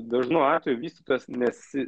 dažnu atveju vystytojas nesi